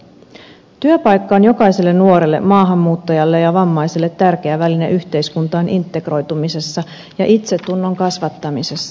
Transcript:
työpaikka on jokaiselle nuorelle maahanmuuttajalle ja vammaiselle tärkeä väline yhteiskuntaan integroitumisessa ja itsetunnon kasvattamisessa